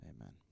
Amen